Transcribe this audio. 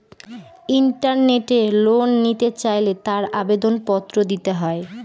ইন্টারনেটে লোন নিতে চাইলে তার আবেদন পত্র দিতে হয়